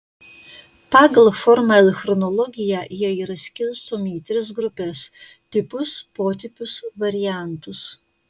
pagal formą ir chronologiją jie yra skirstomi į tris grupes tipus potipius variantus